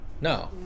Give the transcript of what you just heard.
No